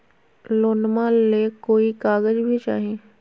लोनमा ले कोई कागज भी चाही?